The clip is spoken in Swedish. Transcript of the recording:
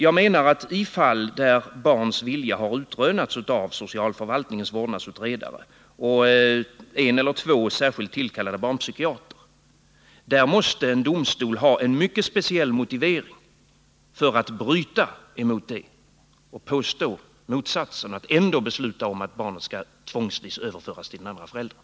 Jag menar att i fall där ett barns vilja har utrönts av socialvårdens vårdnadsutredare och en eller två särskilt tillkallade barnpsykiatriker måste en domstol ha en mycket speciell motivering för att bryta emot detta och besluta att barnet skall tvångsvis överföras till den andra föräldern.